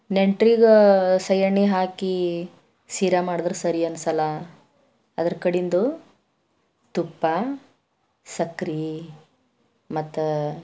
ನೆಂಟರಿಗೂ ಸೈಹಾಣಿ ಹಾಕಿ ಸಿರಾ ಮಾಡಿದ್ರು ಸರಿ ಅನ್ಸಲ್ಲ ಅದರ ಕಡಿಂದು ತುಪ್ಪ ಸಕ್ರೆ ಮತ್ತ